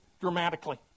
dramatically